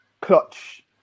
clutch